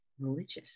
religious